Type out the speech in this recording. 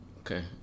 Okay